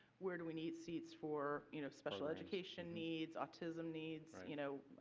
where do we need seats for you know special education needs, autism needs. you know